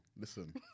Listen